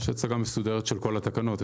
יש הצגה מסודרת של כל התקנות.